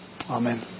Amen